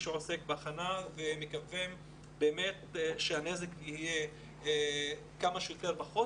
שעוסק בהכנה ומקווים שהנזק יהיה כמה שפחות,